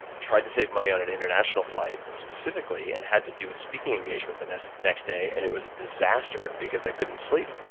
tried to save money on an international flight specifically, and had to do a speaking engagement the next next day. and it was a disaster because i couldn't sleep.